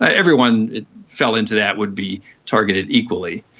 everyone that fell into that would be targeted equally.